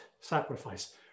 sacrifice